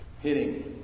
Hitting